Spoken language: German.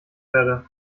werde